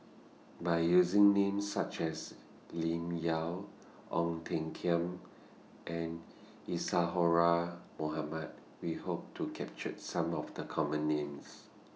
By using Names such as Lim Yau Ong Tiong Khiam and Isadhora Mohamed We Hope to capture Some of The Common Names